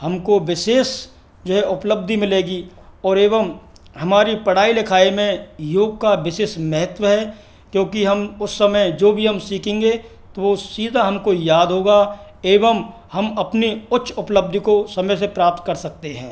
हमको विशेष जो है उपलब्धि मिलेगी और एवं हमारी पढ़ाई लिखाई में योग का विशेष महत्व है क्योंकि हम उस समय जो भी हम सीखेंगे तो वो सीधा हमको याद होगा एवं हम अपने उच्च उपलब्धि को समय से प्राप्त कर सकते हैं